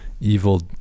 evil